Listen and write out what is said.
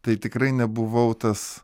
tai tikrai nebuvau tas